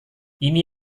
ini